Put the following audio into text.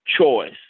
choice